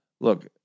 look